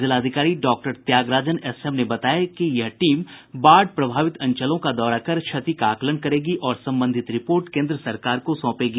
जिलाधिकारी डॉ त्यागराजन एसएम ने बताया कि यह टीम बाढ़ प्रभावित अंचलों का दौरा कर क्षति का आकलन करेगी और संबंधित रिपोर्ट केन्द्र सरकार को सौंपेगी